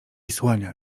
słania